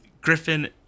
Griffin